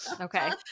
Okay